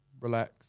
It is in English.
relax